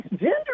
gender